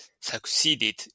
succeeded